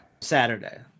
Saturday